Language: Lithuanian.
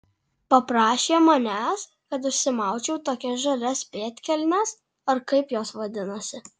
paprašė manęs kad užsimaučiau tokias žalias pėdkelnes ar kaip jos vadinasi